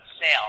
sale